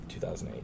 2008